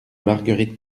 marguerite